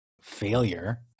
failure